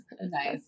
nice